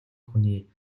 хүний